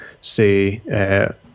say